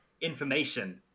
information